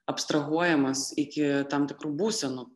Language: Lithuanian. abstrahuojamas iki tam tikrų būsenų